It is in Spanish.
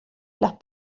las